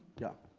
yeah.